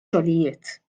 xogħlijiet